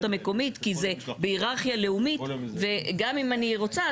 המקומית כי זה בהיררכיה לאומית וגם אם אני רוצה,